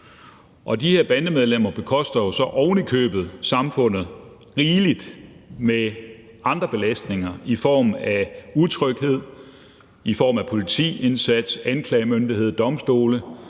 De her bandemedlemmer koster jo så ovenikøbet samfundet rigeligt på grund af andre belastninger i form af utryghed, i form af udgifter til politiindsats, anklagemyndighed, domstole,